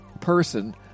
person